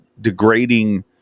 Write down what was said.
degrading